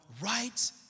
right